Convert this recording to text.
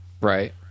Right